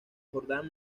jordán